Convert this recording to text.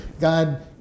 God